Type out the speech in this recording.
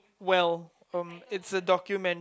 well um it's a documentary